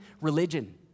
religion